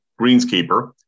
Greenskeeper